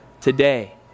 today